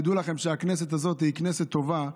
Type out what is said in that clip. תדעו לכם שהכנסת הזאת היא כנסת טובה.